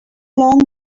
long